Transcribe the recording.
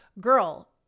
girl